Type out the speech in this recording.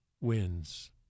wins